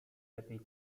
lepiej